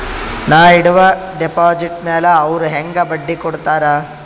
ನಾ ಇಡುವ ಡೆಪಾಜಿಟ್ ಮ್ಯಾಲ ಅವ್ರು ಹೆಂಗ ಬಡ್ಡಿ ಕೊಡುತ್ತಾರ?